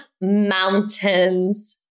mountains